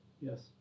Yes